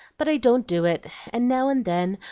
but i don't do it and now and then,